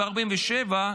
ב-1947,